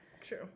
true